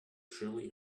surely